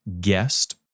guest